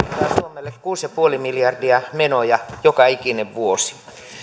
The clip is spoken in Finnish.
suomelle kuusi pilkku viisi miljardia menoja joka ikinen vuosi